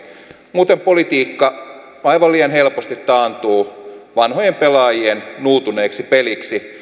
muuten politiikka aivan liian helposti taantuu vanhojen pelaajien nuutuneeksi peliksi